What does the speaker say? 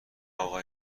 اقا